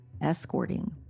escorting